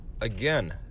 again